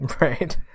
Right